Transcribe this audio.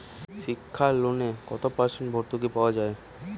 শিক্ষা লোনে কত পার্সেন্ট ভূর্তুকি পাওয়া য়ায়?